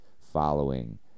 following